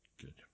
Good